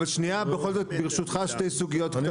אבל שנייה, בכל זאת, ברשותך, שתי סוגיות קטנות.